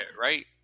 right